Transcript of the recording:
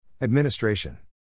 Administration